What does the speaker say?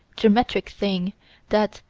geometric thing that,